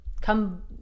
come